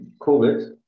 COVID